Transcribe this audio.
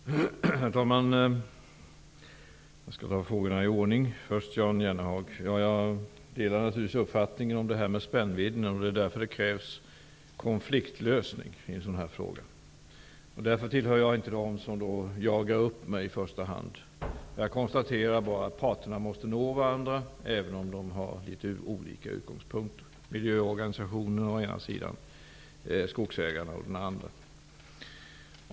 Herr talman! Jag skall besvara frågorna i ordning. Först till Jan Jennehag. Jag delar naturligtvis uppfattningen om spännvidden. Det är därför det krävs konfliktlösning i en sådan här fråga. Jag hör inte till dem som i första hand jagar upp sig. Jag konstaterar bara att parterna måste nå varandra, även om de har litet olika utgångspunkter -- miljöorganisationerna å den ena sidan och skogsägarna å den andra.